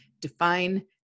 define